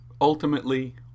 Ultimately